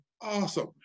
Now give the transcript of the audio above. awesome